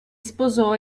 sposò